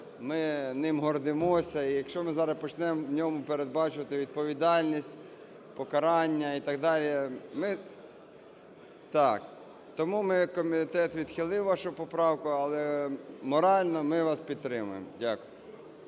ми ним гордимося. І якщо ми зараз почнемо в ньому передбачувати відповідальність, покарання і так далі, ми… Так! Тому ми, комітет відхилив вашу поправку, але морально ми вас підтримуємо. Дякую.